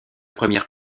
premières